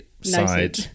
side